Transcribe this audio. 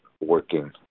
working